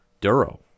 Duro